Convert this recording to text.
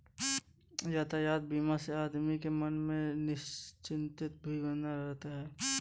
यातायात बीमा से आदमी के मन में निश्चिंतता भी बनी होती है